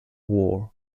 war